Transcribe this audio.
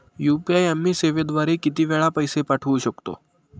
UPI आम्ही सेवेद्वारे किती वेळा पैसे पाठवू शकतो?